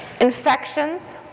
infections